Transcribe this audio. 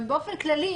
גם באופן כללי,